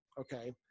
okay